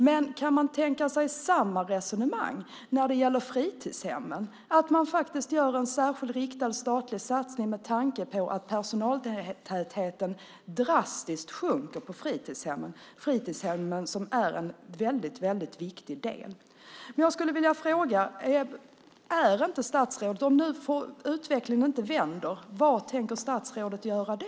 Men kan man tänka sig samma resonemang när det gäller fritidshemmen, att man gör en särskild, riktad statlig satsning med tanke på att personaltätheten drastiskt sjunker på fritidshemmen, som är en väldigt viktig del? Jag skulle vilja fråga: Om utvecklingen inte vänder, vad tänker statsrådet göra då?